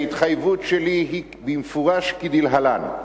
ההתחייבות שלי היא במפורש כדלהלן: